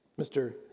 Mr